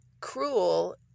cruel